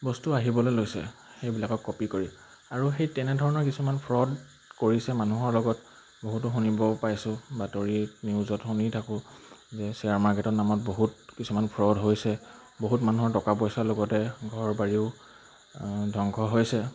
বস্তু আহিবলৈ লৈছে সেইবিলাকক কপি কৰি আৰু সেই তেনেধৰণৰ কিছুমান ফ্ৰড কৰিছে মানুহৰ লগত বহুতো শুনিব পাইছোঁ বাতৰিত নিউজত শুনি থাকোঁ যে শ্বেয়াৰ মাৰ্কেটৰ নামত বহুত কিছুমান ফ্ৰড হৈছে বহুত মানুহৰ টকা পইচাৰ লগতে ঘৰ বাৰীও ধ্বংস হৈছে